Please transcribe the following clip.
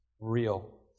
real